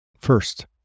First